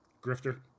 Grifter